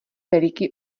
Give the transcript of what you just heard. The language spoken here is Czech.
veliký